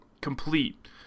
complete